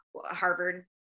Harvard